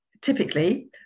typically